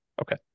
Okay